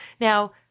Now